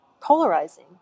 polarizing